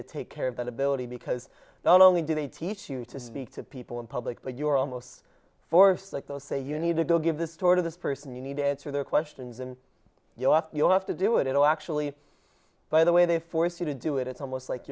to take care of that ability because not only do they teach you to speak to people in public but you are almost forced like those say you need to go give this sort of this person you need to answer their questions and you know up you have to do it all actually by the way they force you to do it it's almost like